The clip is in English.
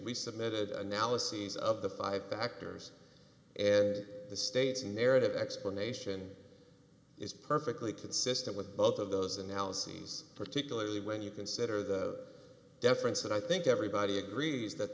we submitted analyses of the five factors and the state's narrative explanation is perfectly consistent with both of those analyses particularly when you consider the deference that i think everybody agrees that